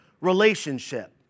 relationship